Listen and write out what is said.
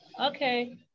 Okay